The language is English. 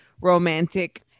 romantic